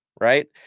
right